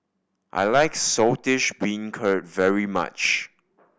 I like Saltish Beancurd very much